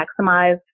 maximize